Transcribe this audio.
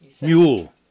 Mule